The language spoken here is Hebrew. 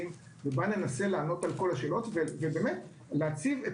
ובה ננסה לענות על כל השאלות ולהציב את